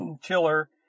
chiller